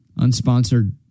unsponsored